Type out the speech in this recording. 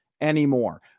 anymore